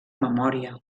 memòria